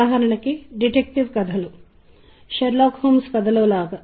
సంగీతం వివిధ ఋతువులు పగలు మరియు రాత్రి యొక్క విభిన్న కాలాలు మరియు మీతో అనుబంధించబడుతుంది